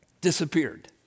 disappeared